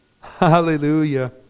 Hallelujah